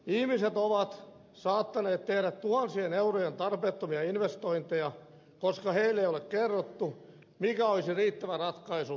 ihmiset ovat saattaneet tehdä tuhansien eurojen tarpeettomia investointeja koska heille ei ole kerrottu mikä olisi riittävä ratkaisu kullekin kiinteistölle